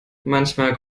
manchmal